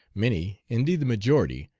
many, indeed the majority,